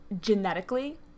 genetically